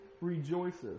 rejoices